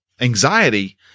anxiety